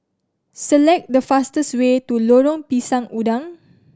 select the fastest way to Lorong Pisang Udang